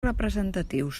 representatius